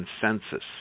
consensus